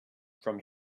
from